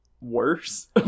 worse